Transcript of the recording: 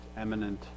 eminent